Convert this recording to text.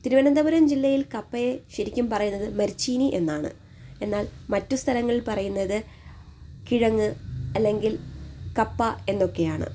തിരുവനന്തപുരം ജില്ലയിൽ കപ്പയെ ശരിക്കും പറയുന്നത് മരിച്ചീനി എന്നാണ് എന്നാൽ മറ്റു സ്ഥലങ്ങളിൽ പറയുന്നത് കിഴങ്ങ് അല്ലെങ്കിൽ കപ്പ എന്നൊക്കെയാണ്